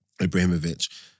Ibrahimovic